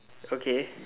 okay